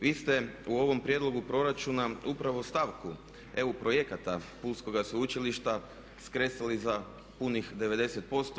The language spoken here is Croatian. Vi ste u ovom prijedlogu proračuna upravo stavku EU projekata Pulskoga sveučilišta skresali za punih 90%